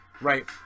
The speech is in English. right